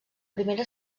primera